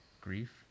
grief